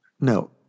No